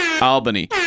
Albany